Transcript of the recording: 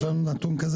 יש לך נתון כזה?